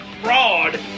fraud